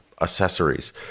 accessories